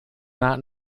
not